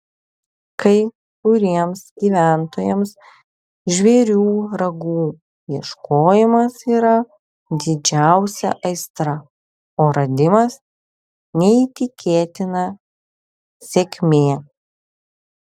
kai kuriems gyventojams žvėrių ragų ieškojimas yra didžiausia aistra o radimas neįtikėtina sėkmė